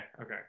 Okay